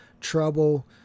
trouble